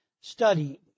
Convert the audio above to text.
study